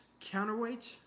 Counterweight